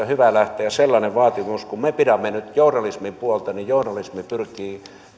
hyvä lähteä sellainen vaatimus että kun me me pidämme nyt journalismin puolta niin journalismi pyrkisi